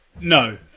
no